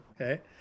okay